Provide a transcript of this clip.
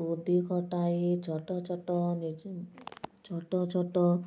ବୁଦ୍ଧି ଖଟାଇ ଛୋଟ ଛୋଟ ନିଜ ଛୋଟ ଛୋଟ